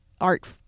art